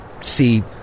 see